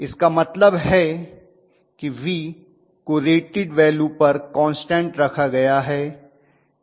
इसका मतलब है कि V को रेटेड वैल्यू पर कान्स्टन्ट रखा गया है